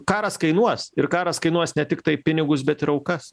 karas kainuos ir karas kainuos ne tiktai pinigus bet ir aukas